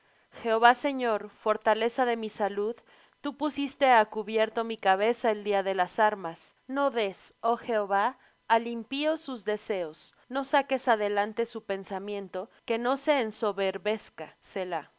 jehová señor fortaleza de mi salud tú pusiste á cubierto mi cabeza el día de las armas no des oh jehová al impío sus deseos no saques adelante su pensamiento que no se ensoberbezca selah en cuanto á